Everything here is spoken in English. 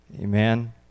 Amen